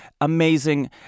Amazing